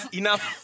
enough